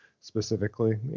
Specifically